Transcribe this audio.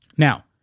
Now